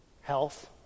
health